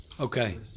Okay